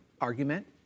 argument